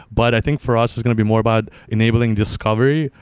but i think for us, it's going to be more about enabling discovery.